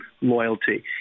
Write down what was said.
loyalty